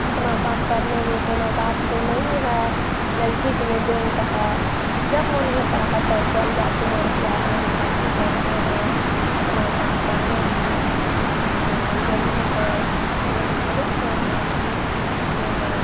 अपना काम करने में कोई बात तो नहीं है नजदीक में बैंक है जब मन होता है तब चल जाते हैं रुपया अपना निकासी करते हैं अपना काम करने में ज़रूरी पर बैंक बहुत कामयाबी होते हैं